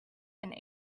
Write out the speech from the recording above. and